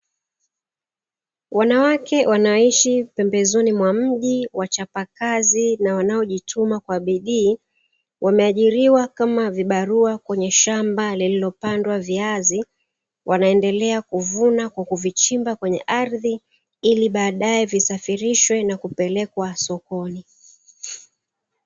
Wanawake wanaoishi pembezoni mwa mji wachapakazi na wanaojituma kwa bidii, wameajiriwa kama vibarua kwenye shamba lililopandwa viazi, wanaendelea kuvuna kwa kuvichimba kwenye ardhi ili baadaye visafirishwe na kupelekwa sokoni.